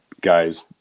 guys